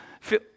feel